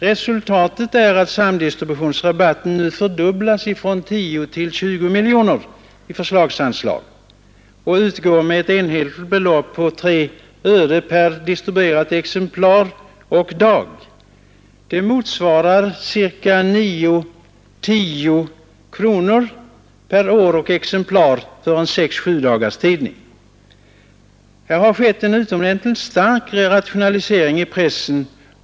Resultatet är att samdistributionsrabatten nu fördubblas från 10 till 20 miljoner i förslagsanslag och utgår med ett enhetligt belopp på 3 öre per distribuerat exemplar och dag. Det motsvarar 9—10 kronor per år och exemplar för en sexeller sjudagarstidning. Här har skett en stark rationalisering i pressen.